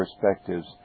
perspectives